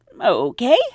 okay